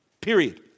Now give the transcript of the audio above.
Period